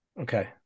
Okay